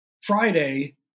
Friday